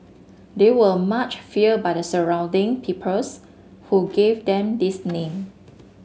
they were much feared by the surrounding peoples who gave them this name